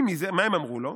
ומה הם אמרו לו?